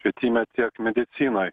švietime tiek medicinoj